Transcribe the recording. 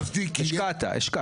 השקעת.